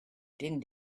din